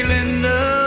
Linda